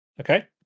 Okay